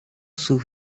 sus